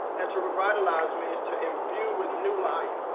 and to revitalize means to imbue with new life.